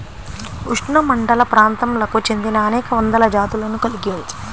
ఉష్ణమండలప్రాంతాలకు చెందినఅనేక వందల జాతులను కలిగి ఉంది